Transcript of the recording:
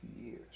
years